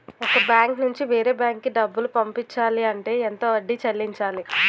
ఒక బ్యాంక్ నుంచి వేరే బ్యాంక్ కి డబ్బులు పంపించాలి అంటే ఎంత వడ్డీ చెల్లించాలి?